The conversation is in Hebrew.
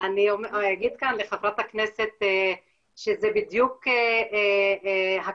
אני אגיד כאן לחברת הכנסת שזה בדיוק הכוונה,